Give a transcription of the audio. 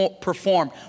performed